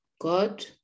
God